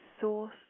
source